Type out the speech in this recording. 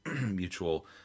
mutual